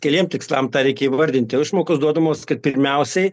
keliem tikslam tą reikia įvardinti išmokos duodamos kad pirmiausiai